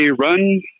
run